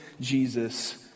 Jesus